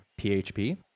PHP